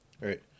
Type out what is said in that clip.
right